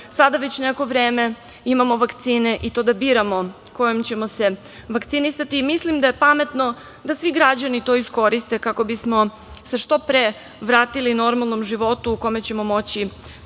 sada već neko vreme imamo vakcine, i to da biramo kojom ćemo se vakcinisati. Mislim da je pametno da svi građani to iskoriste kako bismo se što pre vratili normalnom životu u kome ćemo moći